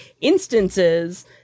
instances